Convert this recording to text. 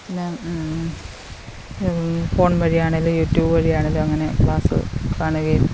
പിന്നെ ഫോൺ വഴി ആണെങ്കിലും യൂട്യൂബ് വഴി ആണെങ്കിലും അങ്ങനെ ക്ലാസ്സ് കാണുകയും